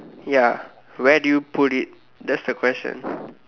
ya where do you put it that's the question